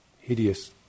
hideous